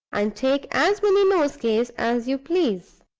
and take as many nosegays as you please